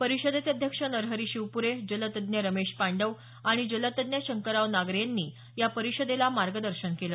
परिषदेचे अध्यक्ष नरहरी शिवपुरे जलतज्ज्ञ रमेश पांडव आणि जलतज्ज्ञ शंकरराव नागरे यांनी या परिषदेला मार्गदर्शन केलं